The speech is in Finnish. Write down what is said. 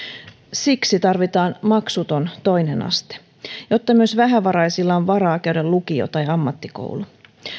siksi tarvitaan maksuton toinen aste jotta myös vähävaraisilla on varaa käydä lukio tai ammattikoulu